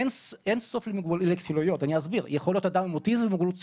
אין סוף לכפילויות יכול להיות אדם עם אוטיזם ועם מוגבלות שכלית.